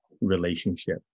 relationship